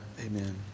Amen